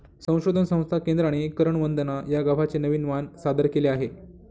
संशोधन संस्था केंद्राने करण वंदना या गव्हाचे नवीन वाण सादर केले आहे